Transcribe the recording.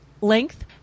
length